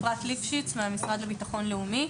המשרד לביטחון לאומי.